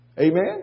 Amen